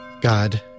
God